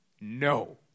no